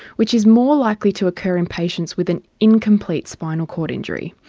which is more likely to occur in patients with an incomplete spinal cord injury,